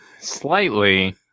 Slightly